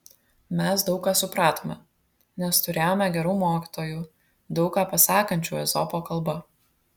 mes daug ką supratome nes turėjome gerų mokytojų daug ką pasakančių ezopo kalba